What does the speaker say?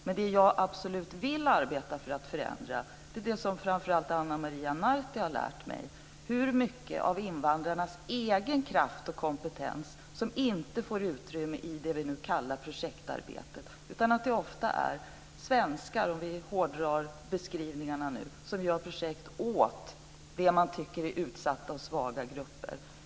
Men det jag absolut vill arbeta för för att förändra är det som framför allt Ana Maria Narti har lärt mig - hur mycket av invandrarnas egen kraft och kompetens som inte får utrymme i det vi nu kallar projektarbete, utan det är ofta svenskar, om vi nu hårdrar beskrivningarna, som gör projekt åt de man tycker utsatta och svaga grupper.